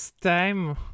time